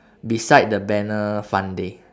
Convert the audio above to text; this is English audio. beside the banner fun day